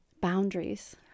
boundaries